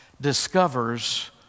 discovers